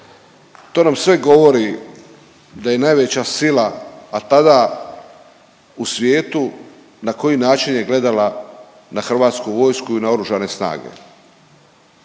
To nam sve govori da je najveća sila, a tada u svijetu na koji način je gledala na Hrvatsku vojsku i na Oružane snage.